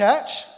Church